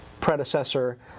predecessor